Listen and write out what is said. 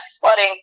flooding